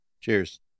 Cheers